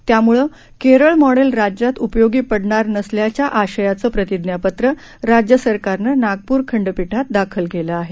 त्यामुळं केरळ मॅडेल राज्यात उपयोगी पडणार नसल्याचं या प्रतिज्ञापत्र राज्य सरकारने नागपूर खंडपीठात दाखल केलं आहे